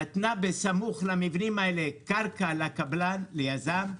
נתנה בסמוך למבנים האלה קרקע ליזם,